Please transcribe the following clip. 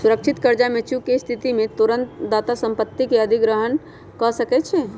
सुरक्षित करजा में चूक के स्थिति में तोरण दाता संपत्ति के अधिग्रहण कऽ सकै छइ